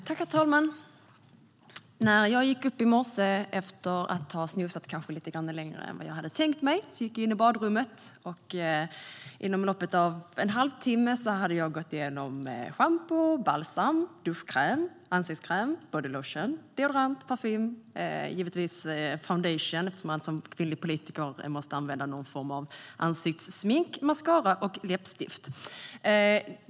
Herr talman! När jag gick upp i morse - efter att ha "snoozat" lite längre än jag tänkt mig - gick jag in i badrummet. Inom loppet av en halvtimme hade jag gått igenom schampo, balsam, duschkräm, ansiktskräm, body lotion, deodorant, parfym och givetvis - eftersom som man som kvinnlig politiker måste använda någon form av ansiktssmink - foundation, mascara och läppstift.